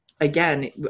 again